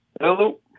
Hello